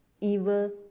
evil